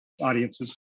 audiences